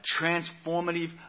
transformative